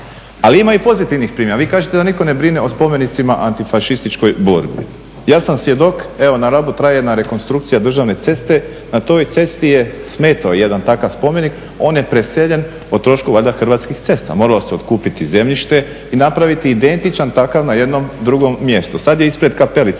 Ali ima i pozitivnih primjera. Vi kažete da nitko ne brine o spomenicima antifašističkoj borbi. Ja sam svjedok, evo na Rabu traje jedna rekonstrukcija državne ceste. Na toj cesti je smetao jedan takav spomenik. On je preseljen o trošku valjda Hrvatskih cesta, moralo se otkupiti zemljište i napraviti identičan takav na jednom drugom mjestu. Sad je ispred kapelice,